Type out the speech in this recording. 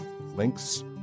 links